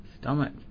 Stomach